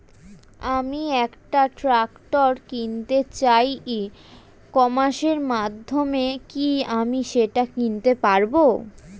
আমি একটা ট্রাক্টর কিনতে চাই ই কমার্সের মাধ্যমে কি আমি সেটা কিনতে পারব?